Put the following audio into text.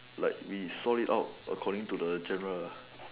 like we sort it out according to the general